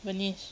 venice